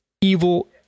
evil